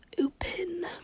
open